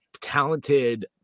talented